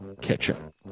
kitchen